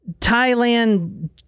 Thailand